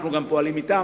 גם אנחנו פועלים אתם,